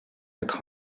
quatre